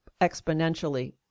exponentially